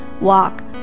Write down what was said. walk